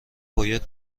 باید